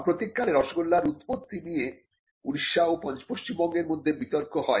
সাম্প্রতিক কালে রসগোল্লার উৎপত্তি ন নিয়ে উড়িষ্যা ও পশ্চিমবঙ্গের মধ্যে বিতর্ক হয়